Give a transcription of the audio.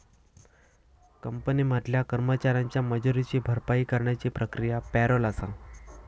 company मधल्या कर्मचाऱ्यांच्या मजुरीची भरपाई करण्याची प्रक्रिया पॅरोल आसा